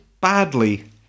badly